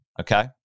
okay